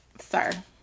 sir